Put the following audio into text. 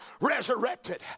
resurrected